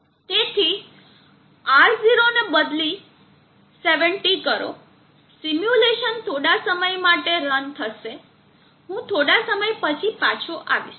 તેથી R0 ને બદલી 70 કરો સિમ્યુલેશન થોડા સમય માટે રન થશે હું થોડા સમય પછી પાછો આવીશ